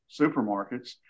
supermarkets